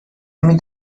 نمی